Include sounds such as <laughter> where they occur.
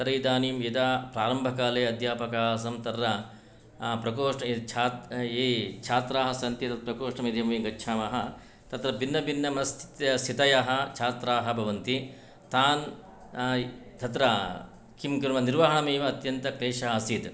तर्हि इदानीं यदा प्राम्भकाले अध्यापक आसं तत्र ये छात्राः सन्ति तत् प्रकोष्ठं यदि <unintelligible> गच्छामः तत्र भिन्नभिन्नम् स्थितयः छात्राः भवन्ति तान् तत्र किं कुर्वन्ति निर्वहणम् एव अत्यन्तक्लेषः आसीत्